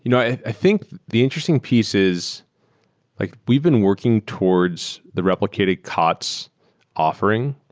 you know i think the interesting piece is like we've been working towards the replicated kots offering.